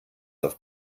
auf